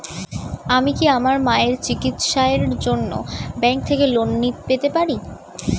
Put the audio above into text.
আমি কি আমার মায়ের চিকিত্সায়ের জন্য ব্যঙ্ক থেকে লোন পেতে পারি?